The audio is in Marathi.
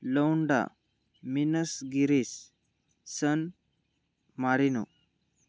लौंडा मिनस गिरीस सन मारीनो